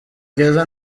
keza